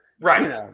Right